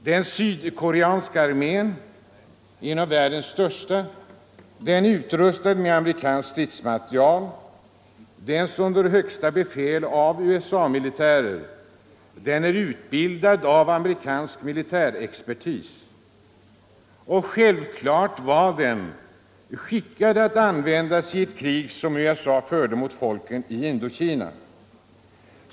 Den sydkoreanska armén — en av världens största — är utrustad med amerikansk stridsmaterial. Den står under högsta befäl av USA-militär, och den är utbildad av amerikansk expertis. Självklart var den väl skickad att användas i det krig som USA förde mot folken i Indokina.